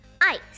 ice